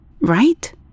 Right